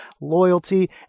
loyalty